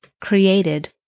created